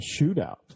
shootout